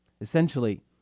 Essentially